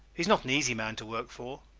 he is not an easy man to work for,